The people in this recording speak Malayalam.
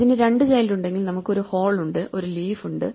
ഇതിന് രണ്ട് ചൈൽഡ് ഉണ്ടെങ്കിൽ നമുക്ക് ഒരു ഹോൾ ഉണ്ട് ഒരു ലീഫ് ഉണ്ട്